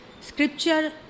scripture